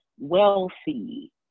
wealthy